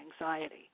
anxiety